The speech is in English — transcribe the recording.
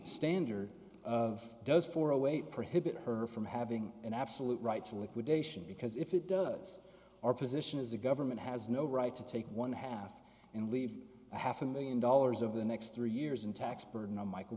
standard of does for a way prohibit her from having an absolute right to liquidation because if it does our position is the government has no right to take one half and leave half a one million dollars of the next three years and tax burden on michael